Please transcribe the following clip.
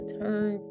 turn